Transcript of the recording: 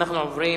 אנחנו עוברים